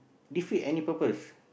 defeat any purpose